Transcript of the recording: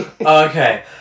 Okay